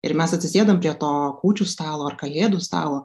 ir mes atsisėdam prie to kūčių stalo ar kalėdų stalo